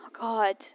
God